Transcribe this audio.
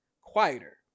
quieter